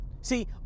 See